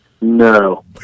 No